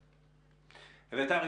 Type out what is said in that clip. אביתר,